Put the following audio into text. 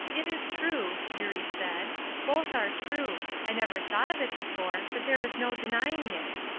it is true, eurie said both are true. i never thought of it before, but there is no denying it.